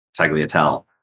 Tagliatelle